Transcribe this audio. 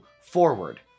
forward